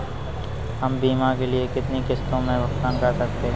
हम बीमा के लिए कितनी किश्तों में भुगतान कर सकते हैं?